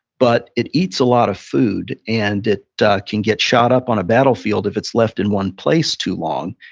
but it eats a lot of food, and it can get shot up on a battlefield if it's left in one place too long.